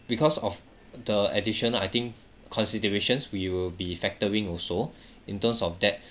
because of the additional I think considerations we will be factoring also in terms of that